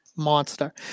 monster